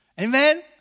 Amen